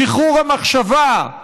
שחרור המחשבה,